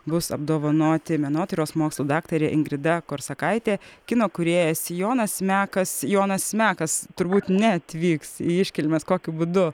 bus apdovanoti menotyros mokslų daktarė ingrida korsakaitė kino kūrėjas jonas mekas jonas mekas turbūt neatvyks į iškilmes kokiu būdu